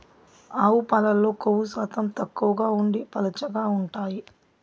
ఆవు పాలల్లో కొవ్వు శాతం తక్కువగా ఉండి పలుచగా ఉంటాయి